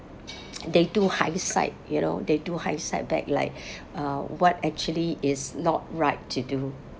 they do hindsight you know they do hindsight back like uh what actually is not right to do